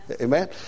Amen